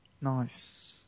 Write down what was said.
nice